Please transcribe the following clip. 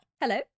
hello